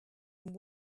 and